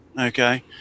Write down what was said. Okay